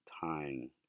time